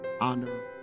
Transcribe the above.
honor